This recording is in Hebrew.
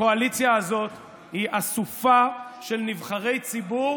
הקואליציה הזאת היא אסופה של נבחרי ציבור